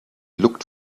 looked